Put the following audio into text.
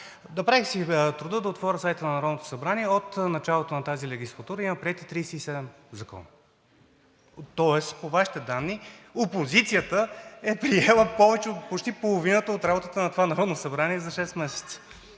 Направих си труда да отворя сайта на Народното събрание. От началото на тази легислатура има приети 37 закона. Тоест по Вашите данни опозицията е приела повече от почти половината от работата на това Народно събрание за шест месеца.